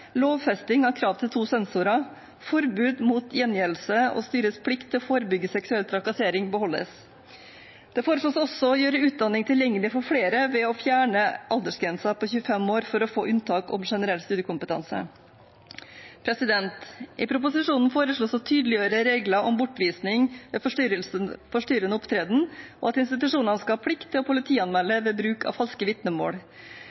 lovfesting av krav til to sensorer. Forbud mot gjengjeldelse og styrets plikt til å forebygge seksuell trakassering beholdes. Det foreslås også å gjøre utdanning tilgjengelig for flere ved å fjerne aldersgrensen på 25 år for å få unntak fra generell studiekompetanse. I proposisjonen foreslås det å tydeliggjøre regler om bortvisning ved forstyrrende opptreden og at institusjonene skal ha plikt til å